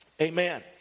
Amen